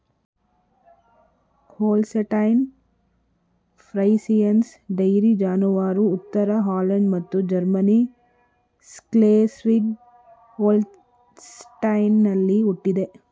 Holstein Friesians dairy ಜಾನುವಾರು ಉತ್ತರ Holland ಮತ್ತು ಜರ್ಮನಿ ಸ್ಕ್ಲೆಸ್ವಿಗ್ ಹೋಲ್ಸ್ಟೈನಲ್ಲಿ ಹುಟ್ಟಿದೆ